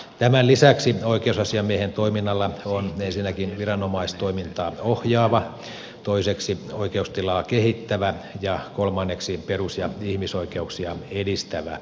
tämän lisäksi oikeusasiamiehen toiminnalla on ensinnäkin viranomaistoimintaa ohjaava toiseksi oikeustilaa kehittävä ja kolmanneksi perus ja ihmisoikeuksia edistävä luonne